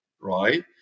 right